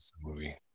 movie